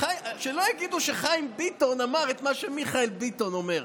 שלא יגידו שחיים ביטון אמר את מה שמיכאל ביטון אומר.